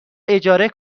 اجاره